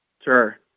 Sure